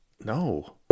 No